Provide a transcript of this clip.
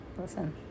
listen